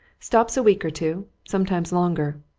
stops a week or two sometimes longer.